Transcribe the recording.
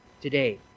today